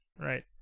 right